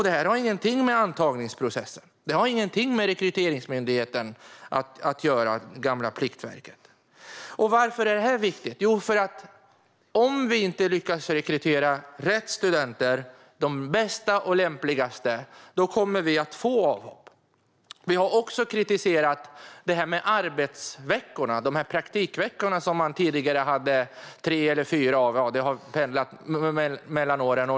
Det här har ingenting att göra med antagningsprocessen eller Rekryteringsmyndigheten, det gamla Pliktverket. Varför är då det här viktigt? Jo, det är så att vi kommer att få avhopp om vi inte lyckas rekrytera rätt studenter, de bästa och lämpligaste. Vi har också kritiserat det här med arbetsveckorna, de praktikveckor som man tidigare hade tre eller fyra av. Det har pendlat under åren.